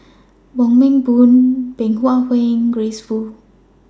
Wong Meng Voon Bey Hua Heng and Grace Fu